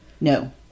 No